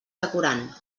decorant